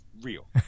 real